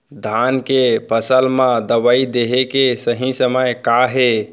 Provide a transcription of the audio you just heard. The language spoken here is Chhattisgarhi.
धान के फसल मा दवई देहे के सही समय का हे?